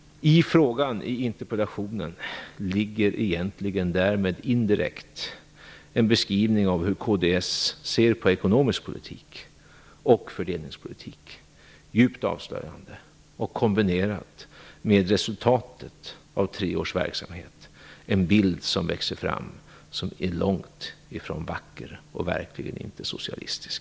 I interpellationen ligger egentligen därmed indirekt en beskrivning av hur kds ser på ekonomisk politik och fördelningspolitik, som är djupt avslöjande. Detta kombinerat med resultatet av tre års verksamhet växer en bild fram som är långt ifrån vacker, och den är verkligen inte socialistisk.